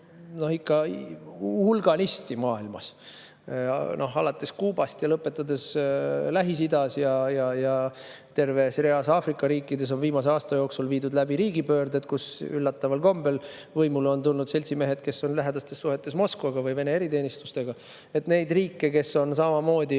ikka hulganisti, alates Kuubast ja lõpetades Lähis-Idaga. Terves reas Aafrika riikides on viimase aasta jooksul viidud läbi riigipöördeid, kus üllataval kombel on võimule tulnud seltsimehed, kes on lähedastes suhetes Moskvaga või Vene eriteenistustega. Neid riike, kes samamoodi